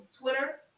Twitter